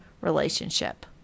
relationship